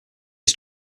his